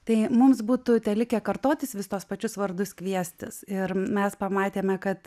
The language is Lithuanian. tai mums būtų telikę kartotis vis tuos pačius vardus kviestis ir mes pamatėme kad